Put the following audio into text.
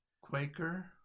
Quaker